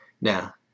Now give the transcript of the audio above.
Now